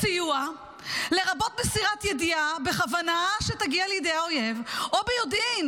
'סיוע' לרבות מסירת ידיעה בכוונה שתגיע לידי האויב או ביודעין